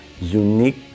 unique